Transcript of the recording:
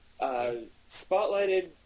Spotlighted